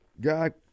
God